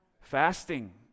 Fasting